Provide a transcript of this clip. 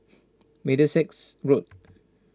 Middlesex Road